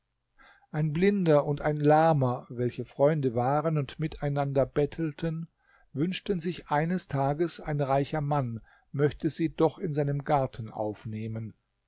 ein blinder und ein lahmer welche freunde waren und miteinander bettelten wünschten sich eines tages ein reicher mann möchte sie doch in seinen garten aufnehmen